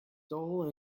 dull